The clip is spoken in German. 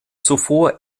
zuvor